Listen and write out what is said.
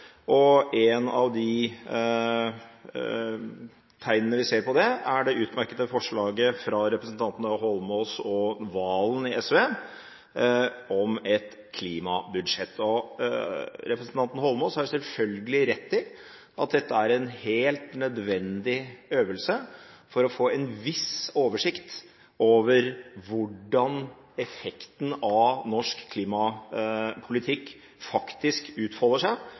og et av de tegnene vi ser på det, er det utmerkede forslaget fra representantene Eidsvoll Holmås og Serigstad Valen i SV, om et klimabudsjett. Representanten Eidsvoll Holmås har selvfølgelig rett i at dette er en helt nødvendig øvelse for å få en viss oversikt over hvordan effekten av norsk klimapolitikk faktisk utfolder seg,